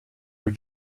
are